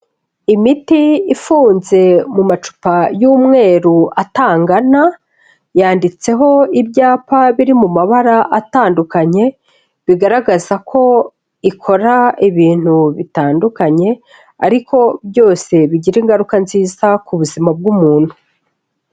Imiti ifunze mu macupa y'umweru atangana, yanditseho ibyapa biri mu mabara atandukanye bigaragaza ko ikora ibintu bitandukanye, ariko byose bigira ingaruka nziza ku buzima bw'umuntu.